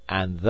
And